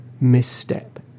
misstep